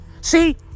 See